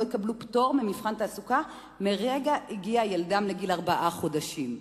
יקבלו פטור ממבחן תעסוקה מרגע הגיע ילדם לגיל ארבעה חודשים.